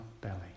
belly